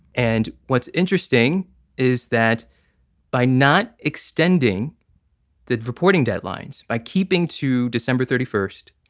and what's interesting is that by not extending the reporting deadlines, by keeping to december thirty first,